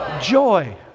Joy